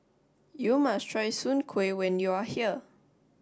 you must try Soon Kuih when you are here